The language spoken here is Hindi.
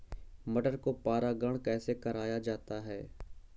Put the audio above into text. मटर को परागण कैसे कराया जाता है?